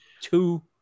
two